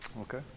Okay